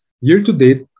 Year-to-date